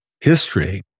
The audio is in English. history